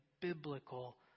biblical